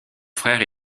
frère